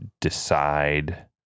decide